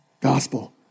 gospel